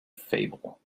fable